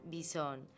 Bison